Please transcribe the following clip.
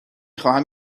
خواهم